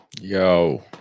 Yo